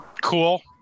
Cool